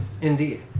Indeed